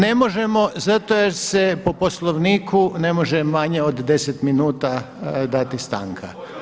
Ne možemo zato jer se po Poslovniku ne može manje od 10 minuta dati stanka.